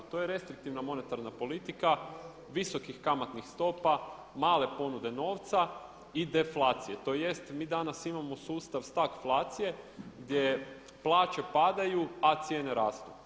To je restriktivna monetarna politika visokih kamatnih stopa, male ponude novca i deflacije tj. mi danas imamo sustav stagflacije gdje plaće padaju a cijene rastu.